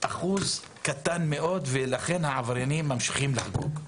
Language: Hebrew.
אחוז קטן מאוד, ולכן העבריינים ממשיכים לחגוג.